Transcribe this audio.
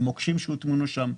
למוקשים שהוטמנו שם,